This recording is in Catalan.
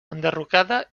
enderrocada